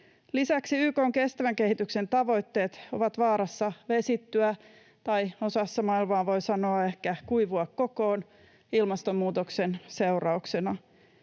Lisäksi YK:n kestävän kehityksen tavoitteet ovat vaarassa vesittyä, tai osassa maailmaa voi ehkä sanoa: kuivua kokoon ilmastonmuutoksen seurauksena,